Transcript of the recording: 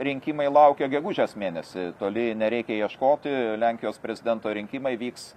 rinkimai laukia gegužės mėnesį toli nereikia ieškoti lenkijos prezidento rinkimai vyks